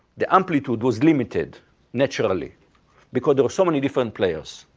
the amplitude was limited naturally because there were so many different players.